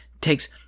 takes